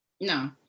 no